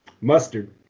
Mustard